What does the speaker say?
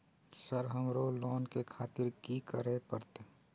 Sir हमरो loan ले खातिर की करें परतें?